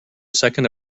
second